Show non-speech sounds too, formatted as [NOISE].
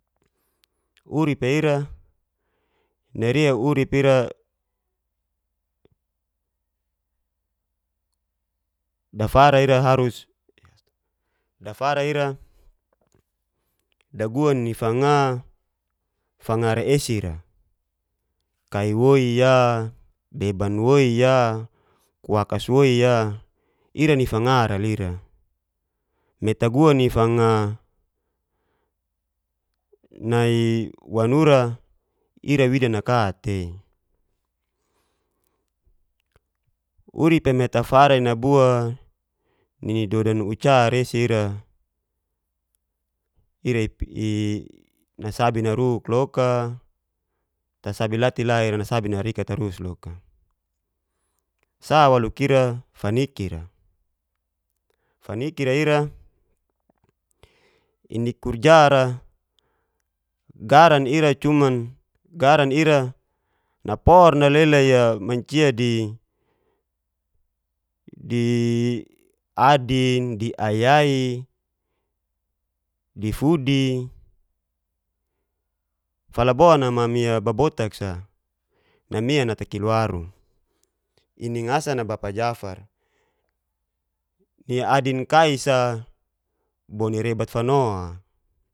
Uripa ira, nai nairia urap ira dafara ira aharus [HESITATION] daguani fanga rei esira, kai woi'a. beban woi'a, kuwakas woi'a, ira ni fanga'ra ira me taguan'i fanga [HESITATION] nai wanura ira wida naka tei uripa me tafarai nabua nini dodan uca resi ira [HESITATION] i'nasabi naruk loka, tasabi la te la ira nasabi narik tarus loka, sa waluk ira fanikir'a. Fanikira ira inikurjara garan ira cuman garan ira napor nalelai mancia di [HESITATION] adin. diaya'i, difudi. Falabon mami babotak sa namian ata kilwaru iningsan'a bapa jafar, ni adin kai sa bo nirebat fano'a.